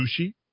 sushi